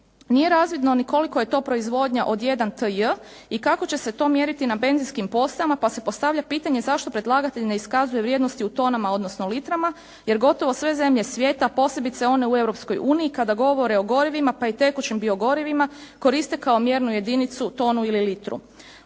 Nije razvidno ni koliko je to proizvodnja od 1TJ i kako će se to mjeriti na benzinskim postajama, pa se postavlja pitanje zašto predlagatelj ne iskazuje vrijednosti u tonama odnosno litrama jer gotovo sve zemlje svijeta posebice one u Europskoj uniji kada govore o gorivima pa i tekućim biogorivima koriste kao mjernu jedinicu tonu ili litru.